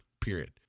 period